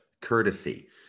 courtesy